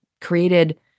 created